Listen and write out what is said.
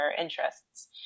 interests